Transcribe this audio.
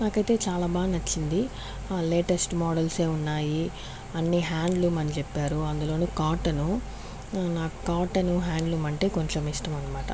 నాకైతే చాలా బాగా నచ్చింది లేటెస్ట్ మోడల్స్ ఏ ఉన్నాయి అన్ని హ్యాండ్లూమ్ అని చెప్పారు అందులోను కాటన్ నాకు కాటన్ హ్యాండ్లూమ్ అంటే కొంచెం ఇష్టం అన్నమాట